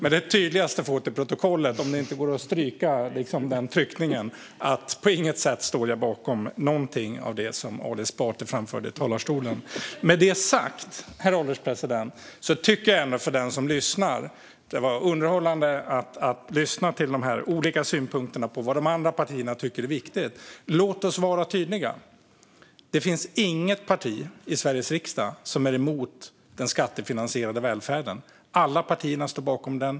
Det var ändå underhållande att lyssna när Ali Esbati delgav oss de olika synpunkterna om vad de andra partierna tycker är viktigt. Låt oss vara tydliga! Det finns inget parti i Sveriges riksdag som är emot den skattefinansierade välfärden. Alla partierna står bakom den.